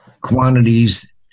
quantities